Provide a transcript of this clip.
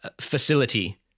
facility